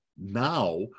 Now